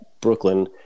brooklyn